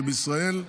שבישראל,